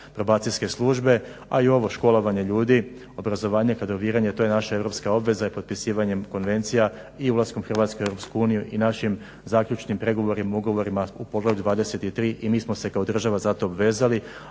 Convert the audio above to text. probacijske službe. A i ovo školovanje ljudi, obrazovanje, kadroviranje to je naša europska obveza i potpisivanjem konvencija i ulaskom Hrvatske u EU i našim zaključnim pregovorima, ugovorima u Poglavlju 23. I mi smo se kao država za to obvezali,